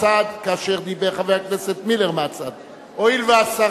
הצעת חוק הספורט (תיקון,